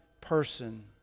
person